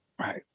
Right